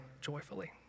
joyfully